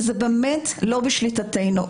וזה באמת לא בשליטתנו.